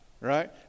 right